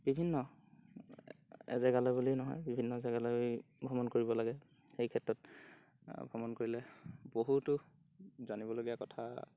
বিভিন্ন এজেগালৈ বুলিয়ে নহয় বিভিন্ন জেগালৈ ভ্ৰমণ কৰিব লাগে সেই ক্ষেত্ৰত ভ্ৰমণ কৰিলে বহুতো জানিবলগীয়া কথা